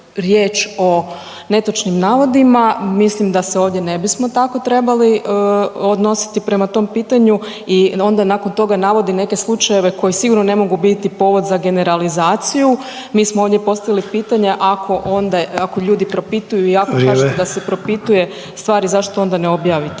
riječ o netočnim navodima. Mislim da se ovdje ne bismo tako trebali odnositi prema tom pitanju i onda nakon toga navodi neke slučajeve koji sigurno ne mogu biti povod za generalizaciju. Mi smo ovdje postavili pitanje ako ljudi propituju i ako kažu da se propituje stvari zašto onda ne objavite